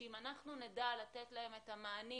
שאם אנחנו נדע לתת להם את המענים